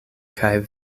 kaj